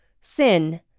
sin